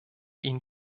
ihnen